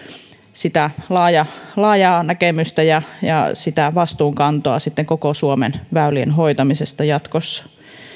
sitä laajaa näkemystä ja ja sitä vastuunkantoa koko suomen väylien hoitamisesta sitten jatkossa